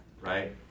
Right